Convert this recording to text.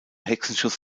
hexenschuss